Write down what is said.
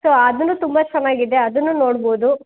so ಅದು ತುಂಬ ಚೆನ್ನಾಗಿದೆ ಅದು ನೋಡ್ಬೋದು